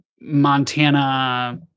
Montana